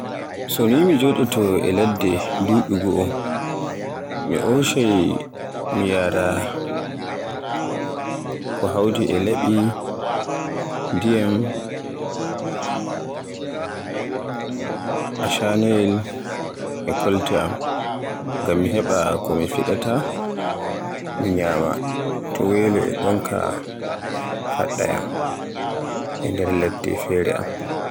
So ni mi joɗooto e nder ladde duɓi goo, mo hoccata mi yaara hawti e laɓi, ndiyam, jikkare am, ashamayel, e kolte am. Ngam mi heɓa ko mi faɗɗata mi nyama to weelo e ɗonka faɗɗa yam e nder ladde fere am.